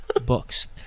books